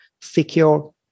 secure